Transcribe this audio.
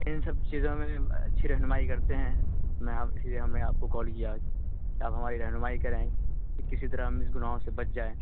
ان سب چیزوں میں اچھی رہنمائی کرتے ہیں میں اب اسی لیے ہم نے آپ کو کال کیا کہ آپ ہماری رہنمائی کریں کہ کسی طرح ہم اس گناہوں سے بچ جائیں